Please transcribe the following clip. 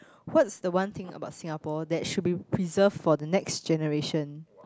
what's the one thing about Singapore that should be preserved for the next generation